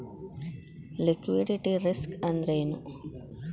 Liquidity risk ಅಂದ್ರೇನು?